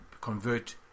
convert